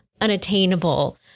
unattainable